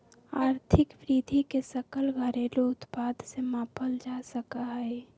आर्थिक वृद्धि के सकल घरेलू उत्पाद से मापल जा सका हई